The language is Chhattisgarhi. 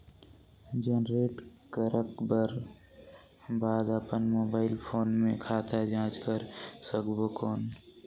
जनरेट करक कर बाद अपन मोबाइल फोन मे खाता जांच कर सकबो कौन?